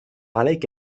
عليك